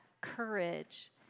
courage